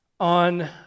On